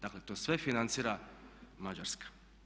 Dakle to sve financira Mađarska.